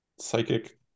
psychic